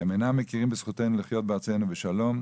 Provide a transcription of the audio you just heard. הם אינם מכירים בזכותנו לחיות בארצנו בשלום,